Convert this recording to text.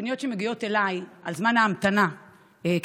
הפניות שמגיעות אליי על זמן ההמתנה כדי